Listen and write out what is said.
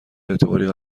اعتباری